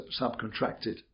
subcontracted